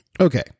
Okay